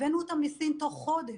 הבאנו אותם מסין תוך חודש.